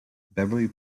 beverley